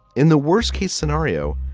in the worst case scenario,